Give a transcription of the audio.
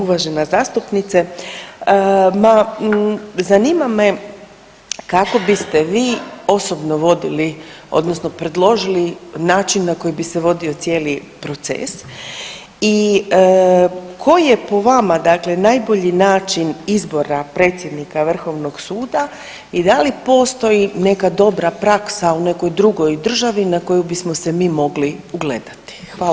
Uvažena zastupnice, ma zanima me kako biste vi osobno vodili odnosno predložili način na koji bi se vodio cijeli proces i koji je po vama dakle najbolji način izbora predsjednika vrhovnog suda i da li postoji neka dobra praksa u nekoj drugoj državi na koju bismo se mi mogli ugledati?